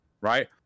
right